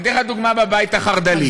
אני אתן לך דוגמה בבית החרד"לי.